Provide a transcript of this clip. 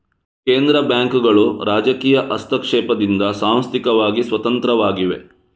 ಕೇಂದ್ರ ಬ್ಯಾಂಕುಗಳು ರಾಜಕೀಯ ಹಸ್ತಕ್ಷೇಪದಿಂದ ಸಾಂಸ್ಥಿಕವಾಗಿ ಸ್ವತಂತ್ರವಾಗಿವೆ